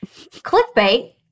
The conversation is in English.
Clickbait